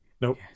Nope